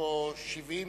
במקסיקו 1970,